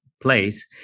place